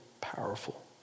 powerful